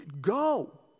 go